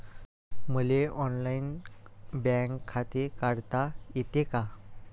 मले online bank खाते काढता येते का?